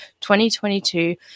2022